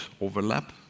overlap